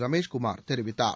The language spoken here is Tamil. ரமேஷ்குமார் தெரிவித்தார்